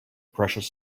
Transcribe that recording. precious